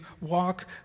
walk